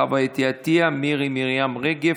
חוה אתי עטייה ומירי מרים רגב.